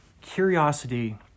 curiosity